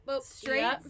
Straight